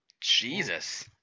jesus